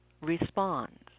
Responds